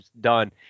done